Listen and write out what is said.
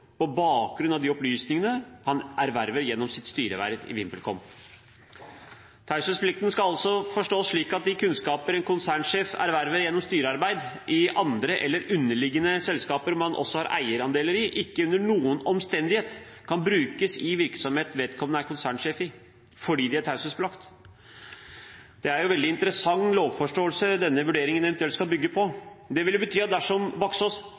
på bakgrunn av de opplysningene han erverver gjennom sitt styreverv i VimpelCom. Taushetsplikten skal altså forstås slik at de kunnskaper en konsernsjef erverver gjennom styrearbeid i andre eller underliggende selskaper man også har eierandeler i, ikke under noen omstendighet kan brukes i virksomhet vedkommende er konsernsjef i, fordi de er taushetsbelagt. Det er en veldig interessant lovforståelse denne vurderingen eventuelt skal bygge på. Det ville bety at dersom